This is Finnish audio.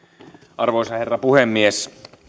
arvoisa herra puhemies